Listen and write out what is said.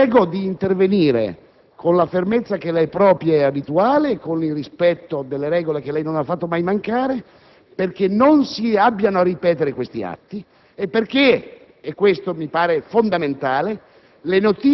La prego di intervenire, con la fermezza che le è propria ed abituale e con il rispetto delle regole che lei non ha fatto mai mancare, perché non si abbiano a ripetere atti simili e perché - questo mi sembra fondamentale